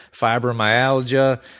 fibromyalgia